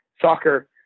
soccer